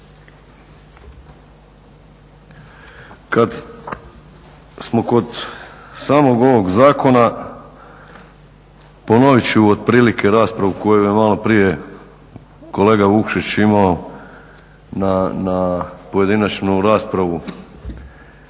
Kada smo kod samog ovog zakona ponovit ću otprilike raspravu koju je malo prije kolega Vukšić imao na pojedinačnu raspravu,